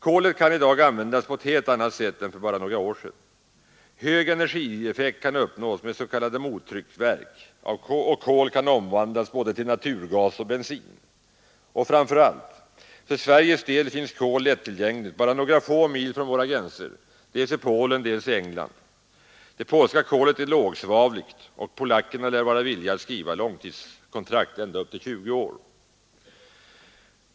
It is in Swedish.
Kolet kan i dag användas på ett helt annat sätt än för bara några år sedan. Hög energieffekt kan uppnås med s.k. mottryckverk och kol kan omvandlas till både naturgas och bensin. Och framför allt: För Sveriges del finns kol lättillgängligt bara några få mil från våra gränser, dels i Polen, dels i England. Det polska kolet är lågsvavligt, och polackerna lär vara villiga att skriva långtidskontrakt på ända upp till 20 år.